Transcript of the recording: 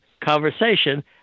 conversation